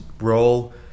role